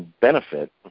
benefit